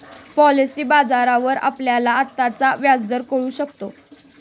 policy बाजारावर आपल्याला आत्ताचा व्याजदर कळू शकतो